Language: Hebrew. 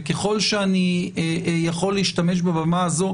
וככל שאני יכול להשתמש בבמה הזאת,